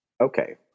Okay